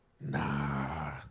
Nah